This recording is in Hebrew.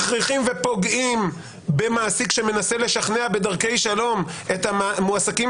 מכריחים ופוגעים במעסיק שמנסה לשכנע בדרכי שלום את המועסקים